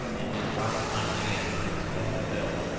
in his bright motley and his cap and bells,